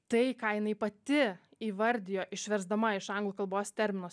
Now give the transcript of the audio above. tai ką jinai pati įvardijo išversdama iš anglų kalbos terminus